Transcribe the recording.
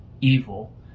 evil